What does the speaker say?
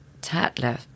Tatler